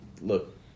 look